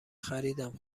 خریدم